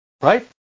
right